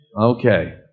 Okay